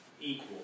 equal